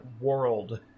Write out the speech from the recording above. world